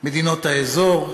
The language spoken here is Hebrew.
מדינות האזור,